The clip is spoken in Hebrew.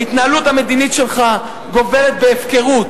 ההתנהלות המדינית שלך גובלת בהפקרות,